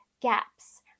gaps